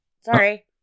Sorry